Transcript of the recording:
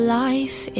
life